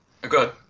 good